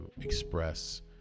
express